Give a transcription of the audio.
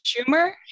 Schumer